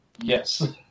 Yes